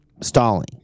stalling